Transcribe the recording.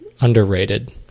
underrated